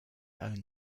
own